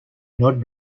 not